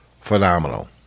phenomenal